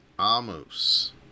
Amos